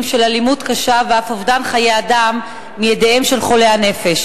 של אלימות קשה ואף אובדן חיי אדם מידיהם של חולי הנפש.